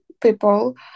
people